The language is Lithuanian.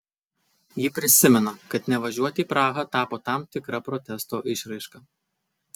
ji prisimena kad nevažiuoti į prahą tapo tam tikra protesto išraiška